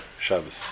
Shabbos